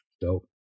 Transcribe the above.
Dope